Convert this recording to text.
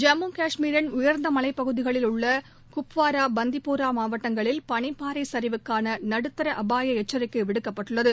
ஜம்மு கஷ்மீரின் உயர்ந்தமலைப்பகுதிகளில் உள்ளகுப்வாரா பந்திப்பூரா மாவட்டங்களில் பனிப்பாறைசரிவுக்கானநடுத்தர அபாயஎச்சரிக்கைவிடுக்கப்பட்டுள்ளது